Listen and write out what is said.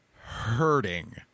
hurting